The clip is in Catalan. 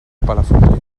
palafrugell